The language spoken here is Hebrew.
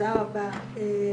תודה רבה.